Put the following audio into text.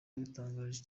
yabitangarije